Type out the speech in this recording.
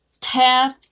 tap